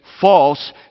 false